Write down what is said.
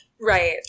Right